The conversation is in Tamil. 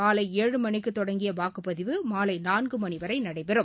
காலை ஏழு மணிக்குத் தொடங்கிய வாக்குப்பதிவு மாலை நான்கு மணி வரை நடைபெறும்